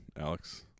Alex